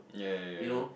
ya ya ya